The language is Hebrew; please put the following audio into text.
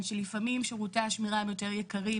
שלפעמים שירותי השמירה הם יותר יקרים,